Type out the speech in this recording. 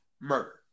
Murder